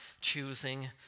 choosing